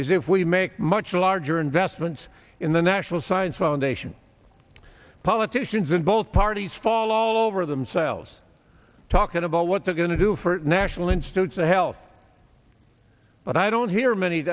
is if we make much larger investments in the national science foundation politicians in both parties fall all over themselves talking about what they're going to do for national institutes of health but i don't hear many